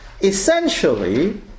essentially